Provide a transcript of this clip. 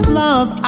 love